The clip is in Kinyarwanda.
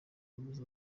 yabuze